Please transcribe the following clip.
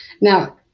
Now